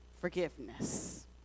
forgiveness